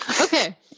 Okay